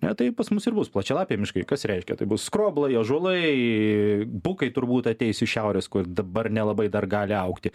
ne tai pas mus ir bus plačialapiai miškai kas reiškia tai bus skroblai ąžuolai bukai turbūt ateis iš šiaurės kur dabar nelabai dar gali augti